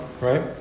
right